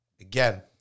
again